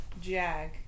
Jag